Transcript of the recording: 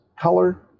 color